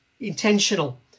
intentional